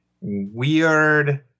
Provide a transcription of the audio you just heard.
weird